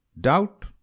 Doubt